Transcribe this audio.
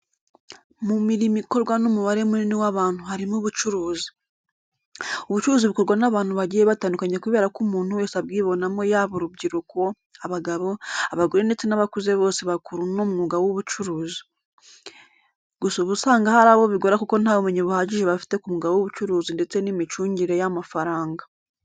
Mu mirimo ikorwa n'umubare munini w'abantu harimo ubucuruzi. Ubucuruzi bukorwa n'abantu bagiye batandukanye kubera ko umuntu wese abwibonamo yaba urubyiruko, abagabo, abagore ndetse n'abakuze bose bakora uno mwuga w'ubucuruzi. Gusa uba usanga hari abo bigora kuko nta bumenyi buhagije bafite ku mwuga w'ubucuruzi ndetse n'imicungire y'amafaranga.